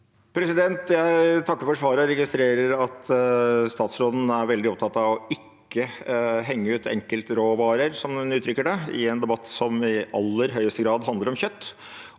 Jeg takker for svaret og registrerer at statsråden er veldig opptatt av å ikke henge ut enkeltråvarer, som hun uttrykker det, i en debatt som i aller høyeste grad handler om kjøtt.